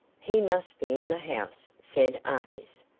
he must be in the house, said artis.